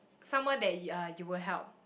someone that uh you will help